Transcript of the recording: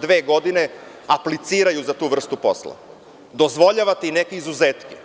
dve godine apliciraju za tu vrstu posla, dozvoljavate izuzetke.